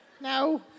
No